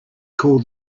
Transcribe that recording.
called